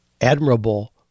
admirable